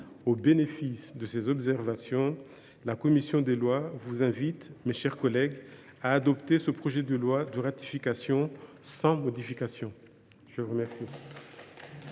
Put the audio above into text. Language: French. Au bénéfice de ces observations, la commission vous invite, mes chers collègues, à adopter ce projet de loi de ratification sans modification. La parole